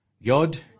Yod